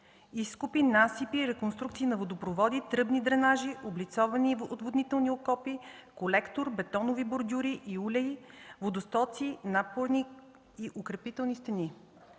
изкопи, насипи, реконструкции на водопроводи, тръбни дренажи, облицовани отводнителни окопи, колектор, бетонови бордюри и улеи, водостоци, напорник, укрепителни стени,